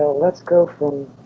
let's go from